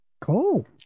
Cool